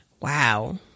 Wow